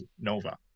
Nova